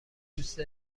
دوست